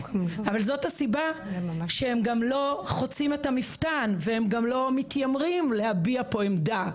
אבל זאת הסיבה שהם גם לא חוצים את המפתן והם גם לא מתיימרים להביע עמדה,